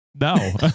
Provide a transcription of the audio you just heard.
No